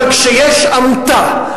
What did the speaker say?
אבל כשיש עמותה,